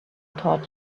taught